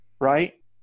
right